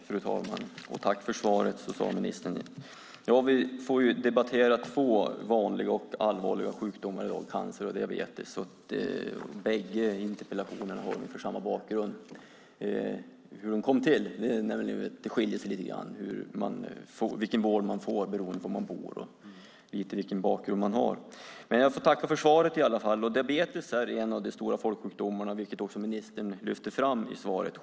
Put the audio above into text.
Fru talman! Tack för svaret, socialministern! Vi debatterar två vanliga och allvarliga sjukdomar i dag, cancer och diabetes. De båda interpellationerna har kommit till av ungefär samma skäl. Det handlar om att det är skillnad på vilken vård man får beroende på var man bor och vilken bakgrund man har. Diabetes är en av de stora folksjukdomarna, vilket ministern lyfte fram i svaret.